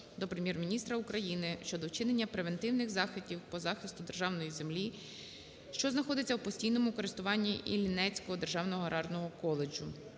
до Прем'єр-міністра України щодо вчинення превентивних заходів по захисту державної землі, що знаходиться у постійному користуванніІллінецького державного аграрного коледжу.